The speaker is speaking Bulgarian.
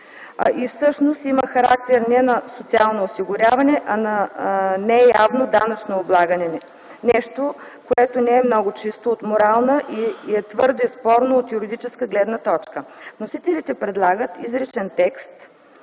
и всъщност има характер не на социално осигуряване, а на неявно данъчно облагане – нещо, което не е много чисто от морална и е твърде спорно от юридическа гледна точка. Вносителите предлагат изричен текст,